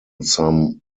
some